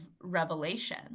Revelation